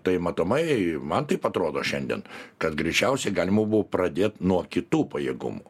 tai matomai man taip atrodo šiandien kad greičiausiai galima buvo pradėt nuo kitų pajėgumų